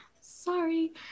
Sorry